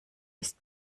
ist